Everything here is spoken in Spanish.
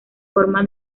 forma